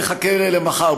נחכה למחר.